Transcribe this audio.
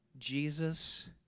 Jesus